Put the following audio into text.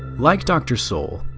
like dr. sowell,